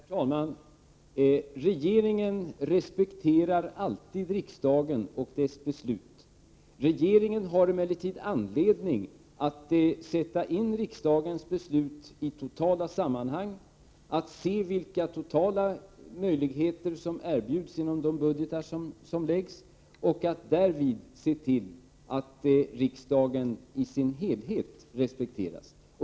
Herr talman! Regeringen respekterar alltid riksdagen och dess beslut. Regeringen har emellertid anledning att sätta in riksdagens beslut i ett totalt sammanhang, att se vilka totala möjligheter som erbjuds inom de budgetar som läggs fram och att därvid se till att riksdagen i sin helhet respekteras.